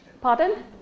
Pardon